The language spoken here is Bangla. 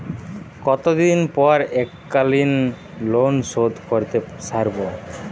কতদিন পর এককালিন লোনশোধ করতে সারব?